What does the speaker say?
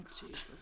Jesus